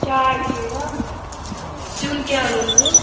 چاے چیٚوا سیُن کیٛاہ روٚنوُ